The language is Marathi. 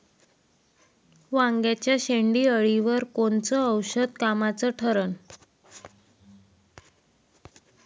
वांग्याच्या शेंडेअळीवर कोनचं औषध कामाचं ठरन?